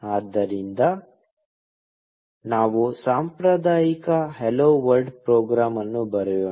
ಆದ್ದರಿಂದ ನಾವು ಸಾಂಪ್ರದಾಯಿಕ ಹಲೋ ವರ್ಲ್ಡ್ ಪ್ರೋಗ್ರಾಂ ಅನ್ನು ಬರೆಯೋಣ